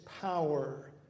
power